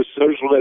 socialist